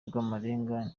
rw’amarenga